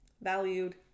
valued